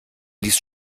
liest